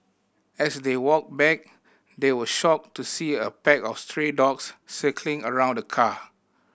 as they walked back they were shocked to see a pack of stray dogs circling around the car